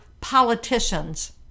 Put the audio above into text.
politicians